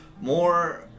more